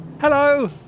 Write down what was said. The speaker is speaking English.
hello